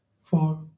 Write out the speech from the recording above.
four